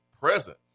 present